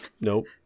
nope